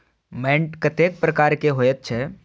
मैंट कतेक प्रकार के होयत छै?